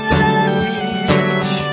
reach